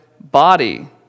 body